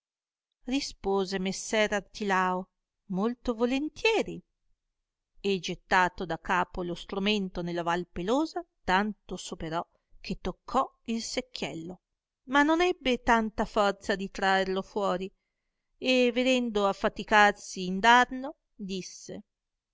rispose messer artilao molto volentieri e gettato da capo lo stromento nella vai pelosa tanto s operò che toccò il secchiello ma non ebbe tanta forza di traerlo fuori e vedendo affaticarsi in damo disse